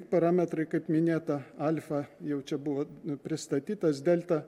parametrai kaip minėta alfa jau čia buvo pristatytas delta